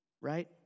right